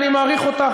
ואני מעריך אותך,